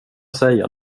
säga